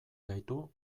gaitu